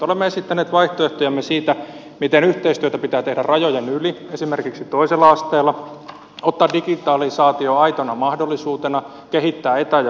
olemme esittäneet vaihtoehtojamme siitä miten yhteistyötä pitää tehdä rajojen yli esimerkiksi toisella asteella ottaa digitalisaatio aitona mahdollisuutena kehittää etä ja virtuaaliopetusympäristöjä